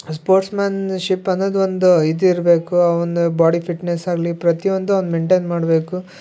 sportsmanship ಅನ್ನೋದು ಒಂದು ಇದು ಇರಬೇಕು ಆ ಒಂದು ಬಾಡಿ ಫಿಟ್ನೆಸಾಗಲಿ ಪ್ರತಿಯೊಂದು ಅವ್ನು ಮೇಂಟೇನ್ ಮಾಡಬೇಕು